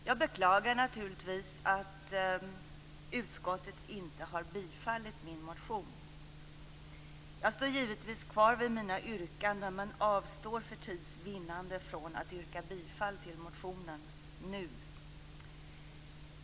Jag beklagar naturligtvis att utskottet inte har tillstyrkt min motion. Jag står givetvis kvar vid mina yrkanden, men avstår för tids vinnande från att yrka bifall till motionen nu.